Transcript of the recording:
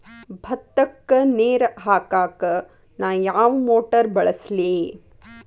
ಭತ್ತಕ್ಕ ನೇರ ಹಾಕಾಕ್ ನಾ ಯಾವ್ ಮೋಟರ್ ಬಳಸ್ಲಿ?